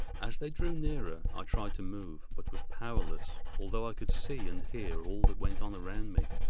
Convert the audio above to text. as they drew nearer i tried to move, but was powerless, although i could see and hear all that went on around me.